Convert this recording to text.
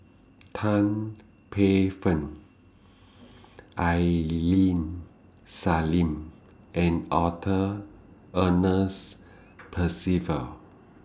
Tan Paey Fern Ailin Salim and Arthur Ernest Percival